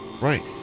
Right